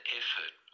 effort